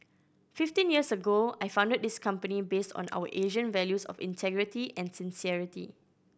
fifteen years ago I founded this company based on our Asian values of integrity and sincerity